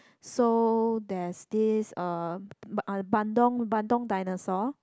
so there's this uh b~ uh Bandung Bandung dinosaur